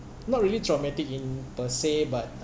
not really traumatic in per se but